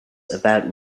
about